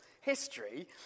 history